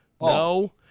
No